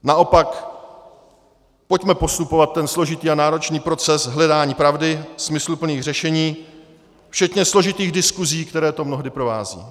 Naopak, pojďme podstupovat ten složitý a náročný proces hledání pravdy, smysluplných řešení, včetně složitých diskusí, které to mnohdy provází.